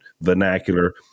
vernacular